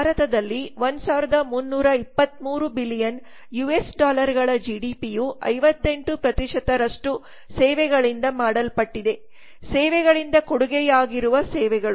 ಭಾರತದಲ್ಲಿ 1323 billion US ಡಾಲರಳ ಜಿಡಿಪಿಯ 58 ರಷ್ಟು ಸೇವೆಗಳಿಂದ ಮಾಡಲ್ಪಟ್ಟಿದೆ ಸೇವೆಗಳಿಂದ ಕೊಡುಗೆಯಾಗಿರುವ ಸೇವೆಗಳು